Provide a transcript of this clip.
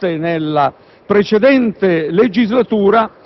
della precedente legislatura